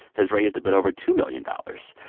has raised a bit over two million dollars.